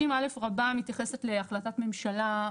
30א מתייחסת להחלטת ממשלה,